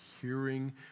hearing